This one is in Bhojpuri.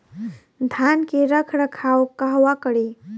धान के रख रखाव कहवा करी?